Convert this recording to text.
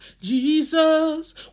Jesus